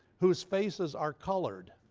whose faces are colored.